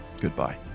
Goodbye